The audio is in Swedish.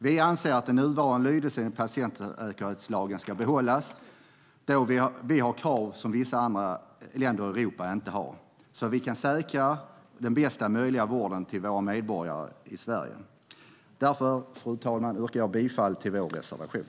Vi anser att den nuvarande lydelsen i patientsäkerhetslagen ska behållas, då vi har krav som vissa andra länder i Europa inte har, så att vi kan säkra att våra medborgare i Sverige får den bästa möjliga vården. Därför, fru talman, yrkar jag bifall till vår reservation.